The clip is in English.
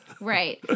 Right